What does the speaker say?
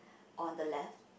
on the left